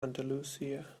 andalusia